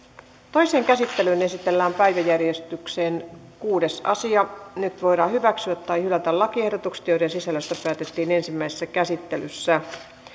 toiseen käsittelyyn esitellään päiväjärjestyksen kuudes asia nyt voidaan hyväksyä tai hylätä lakiehdotukset joiden sisällöstä päätettiin ensimmäisessä käsittelyssä